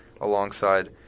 alongside